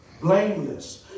blameless